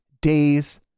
days